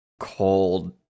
cold